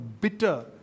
bitter